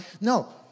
No